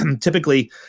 typically